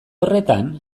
horretan